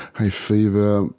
hayfever,